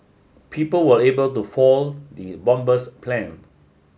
people were able to fall the bomber's plan